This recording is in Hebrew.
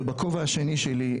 ובכובע השני שלי,